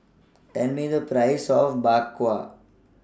Tell Me The Price of Bak Kwa